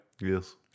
Yes